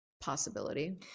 possibility